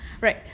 right